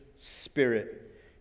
spirit